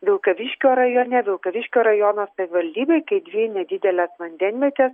vilkaviškio rajone vilkaviškio rajono savivaldybė kai dvi nedideles vandenvietes